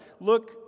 look